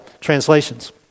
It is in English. translations